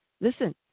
Listen